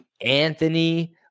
Anthony